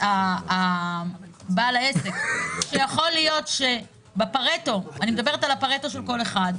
בעל העסק שיכול להיות שבפרטו של כל אחד,